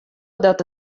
dat